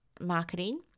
marketing